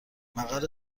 مقر